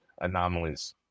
anomalies